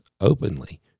openly